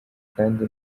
kandi